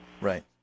Right